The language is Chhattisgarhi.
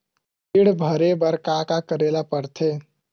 ऋण भरे बर का का करे ला परथे?